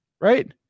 right